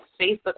Facebook